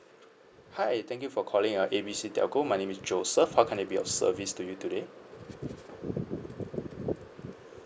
hi thank you for calling uh A B C telco my name is joseph how can I be of service to you today